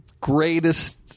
greatest